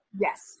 Yes